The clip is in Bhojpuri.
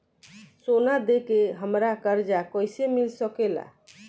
सोना दे के हमरा कर्जा कईसे मिल सकेला?